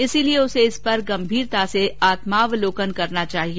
इसलिए उसे इस पर गंभीरता से आत्मावलोकन करना चाहिए